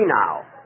now